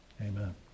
Amen